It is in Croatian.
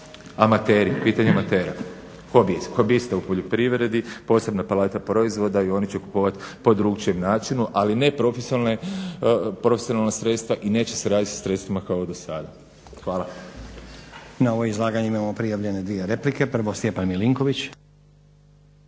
Amateri, pitanje amatera, hobisti u poljoprivredi. Posebna paleta proizvoda i oni će kupovati po drukčijem načinu, ali ne profesionalna sredstva i neće se raditi sa sredstvima kao do sada. Hvala. **Stazić, Nenad (SDP)** Na ovo izlaganje imamo prijavljene dvije replike. Prvo Stjepan Milinković.